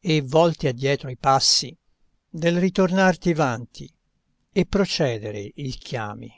e volti addietro i passi del ritornar ti vanti e procedere il chiami